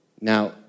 Now